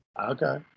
Okay